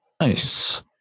Nice